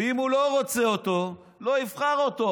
ואם הוא לא רוצה אותו, לא יבחר אותו.